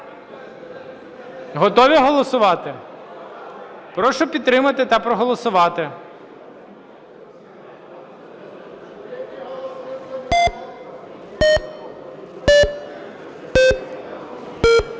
Готові голосувати? Прошу підтримати та проголосувати.